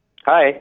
hi